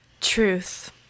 Truth